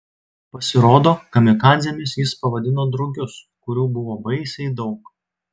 pasirodo kamikadzėmis jis pavadino drugius kurių buvo baisiai daug